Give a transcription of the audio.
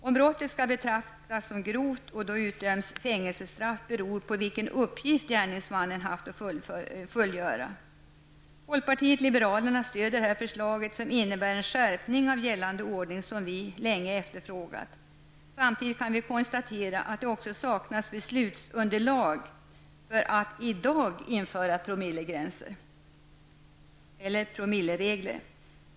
Om brottet skall betraktas som grovt -- och då utdöms fängelsestraff -- beror på vilken uppgift gärningsmannen haft att fullgöra. Folkpartiet liberalerna stöder detta förslag, som innebär en skärpning av gällande ordning som vi länge efterfrågat. Samtidigt kan vi konstatera att det också saknas beslutsunderlag för att i dag införa promilleregler.